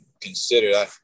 considered